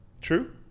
True